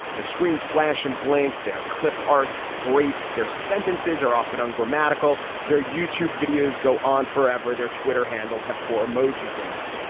their screens flash and blink their clip art grates. their sentences are often ungrammatical. their youtube videos go on forever their twitter handles have for a mojito in them.